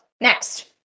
Next